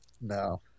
no